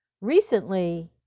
recently